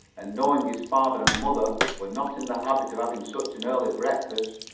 and knowing his father and mother were not in the habit of having such an early breakfast,